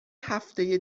هفته